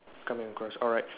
coming across alright